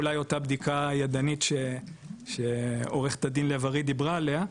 או אולי אותה בדיקה ידנית שעורכת הדין לב ארי דיברה עליה,